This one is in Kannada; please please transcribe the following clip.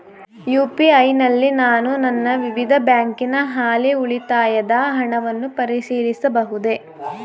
ಯು.ಪಿ.ಐ ನಲ್ಲಿ ನಾನು ನನ್ನ ವಿವಿಧ ಬ್ಯಾಂಕಿನ ಹಾಲಿ ಉಳಿತಾಯದ ಹಣವನ್ನು ಪರಿಶೀಲಿಸಬಹುದೇ?